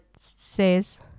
says